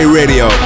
radio